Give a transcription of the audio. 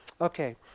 Okay